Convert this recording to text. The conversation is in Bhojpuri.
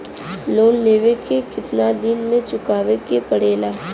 लोन लेवे के कितना दिन मे चुकावे के पड़ेला?